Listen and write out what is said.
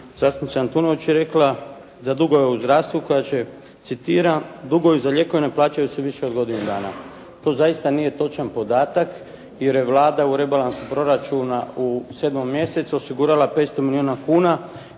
zastupnica Antunović je rekla za dugove u zdravstvu koja će citiram: „dugovi za lijekove ne plaćaju se više od godinu dana“. To zaista nije točan podatak jer je Vlada u Rebalansu proračuna u 7. mjesecu osigurala 500 milijuna kuna